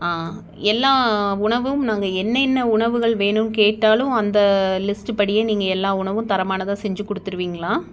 ஆ எல்லா உணவும் நாங்கள் என்னென்ன உணவுகள் வேணும்னு கேட்டாலும் அந்த லிஸ்ட் படியே நீங்கள் எல்லா உணவும் தரமானதாக செஞ்சு கொடுத்துருவிங்களா